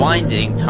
Winding